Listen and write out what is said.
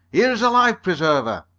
here's a life-preserver!